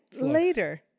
later